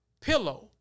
pillow